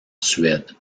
suède